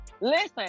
listen